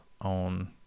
on